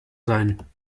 sein